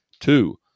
Two